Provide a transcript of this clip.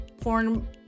porn